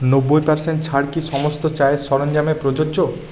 নব্বই পার্সেন্ট ছাড় কি সমস্ত চায়ের সরঞ্জামে প্রযোজ্য